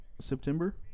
September